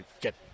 get